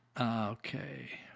Okay